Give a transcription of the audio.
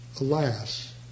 alas